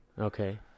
Okay